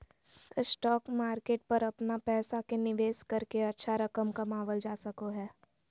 stock market पर अपन पैसा के निवेश करके अच्छा रकम कमावल जा सको हइ